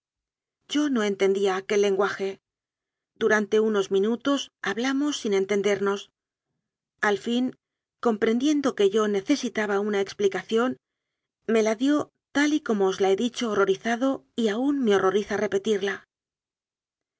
yo no entendía aquel lenguaje durante unos minutos hablamos sin entendemos al fia comprendiendo que yo necesitaba una explicación me la dió tal y como os la he dicho horrorizado y aún me'horroriza repetirla